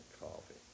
coffee